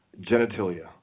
genitalia